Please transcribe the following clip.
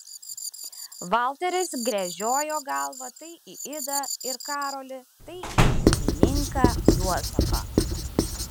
valteris gręžiojo galvą tai į idą ir karolį tai į šeimininką juozapą